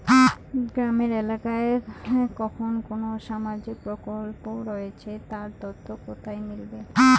গ্রামের এলাকায় কখন কোন সামাজিক প্রকল্প রয়েছে তার তথ্য কোথায় মিলবে?